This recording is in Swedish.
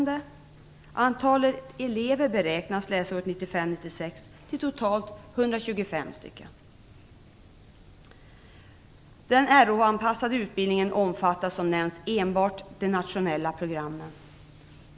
Den Rh-anpassade utbildningen omfattar som nämnts enbart de nationella programmen.